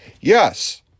Yes